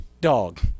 dog